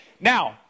Now